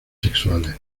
sexuales